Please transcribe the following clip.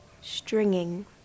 stringing